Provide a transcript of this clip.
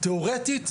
תיאורטית,